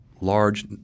large